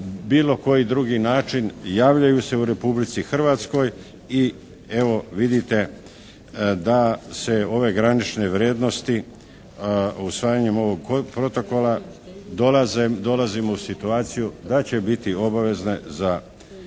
bilo koji drugi način javljaju se u Republici Hrvatskoj i evo vidite da se ove granične vrijednosti usvajanjem ovog protokola dolazimo u situaciju da će biti obavezne za one koji